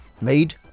made